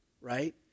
right